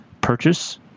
purchase